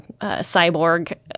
cyborg